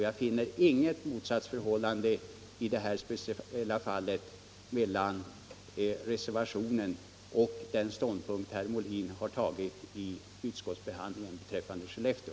Jag finner inget motsatsförhållande i det här speciella fallet mellan reservationerna och den ståndpunkt som herr Molin tagit vid utskottsbehandlingen beträffande Skellefteå.